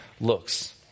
looks